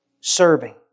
serving